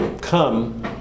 come